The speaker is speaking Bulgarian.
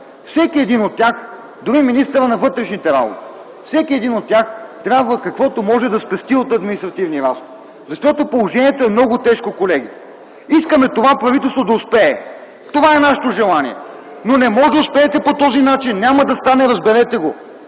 Всеки един от тях, дори министърът на вътрешните работи – всеки един от тях, трябва с каквото може да спести от административни разходи. Защото положението е много тежко, колеги. Искаме това правителство да успее. Това е нашето желание, но не можете да успеете по този начин. Няма да стане, разберете го!